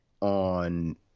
on